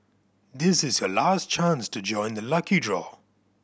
this is your last chance to join the lucky draw